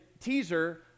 teaser